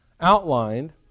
outlined